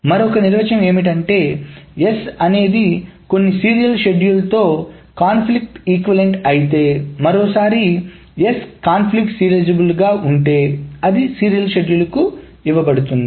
మరొక నిర్వచనం ఏమిటంటే S అనేది కొన్ని సీరియల్ షెడ్యూల్తో కాన్ఫ్లిక్ట్ ఈక్వలెంట్ అయితే మరోసారి S కాన్ఫ్లిక్ట్ సీరియలైజేబుల్ గా ఉంటే అది సీరియల్ షెడ్యూల్కు ఇవ్వబడుతుంది